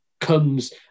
comes